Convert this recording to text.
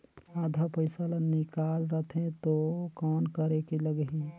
आधा पइसा ला निकाल रतें तो कौन करेके लगही?